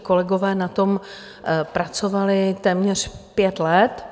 Kolegové na tom pracovali téměř pět let.